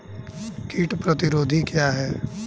कीट प्रतिरोधी क्या है?